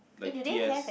like t_s